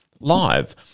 live